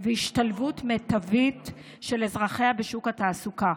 והשתלבות מיטבית של אזרחיה בשוק התעסוקה,